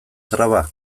traba